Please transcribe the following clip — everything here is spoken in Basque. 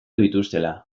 dituztela